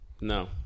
No